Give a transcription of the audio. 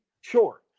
sure